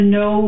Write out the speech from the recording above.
no